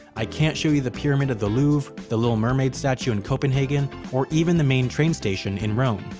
i can't show you the pyramid of the louvre, the little mermaid statue in copenhagen, or even the main train station in rome.